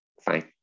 fine